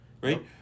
right